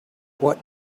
what